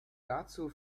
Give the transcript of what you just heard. dazu